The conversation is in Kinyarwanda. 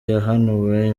yahanuwe